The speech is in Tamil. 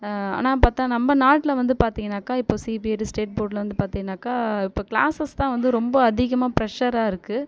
ஆனால் பார்த்தா நம்ம நாட்டில் வந்து பார்த்தீங்கன்னாக்கா இப்போ சிபிஎஸ்சி ஸ்டேட் போர்டில் வந்து பார்த்தீங்கனாக்கா இப்போ க்ளாஸஸ்தான் வந்து ரொம்ப அதிகமாக ப்ரஷ்ஷராக இருக்குது